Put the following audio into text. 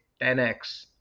10x